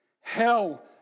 hell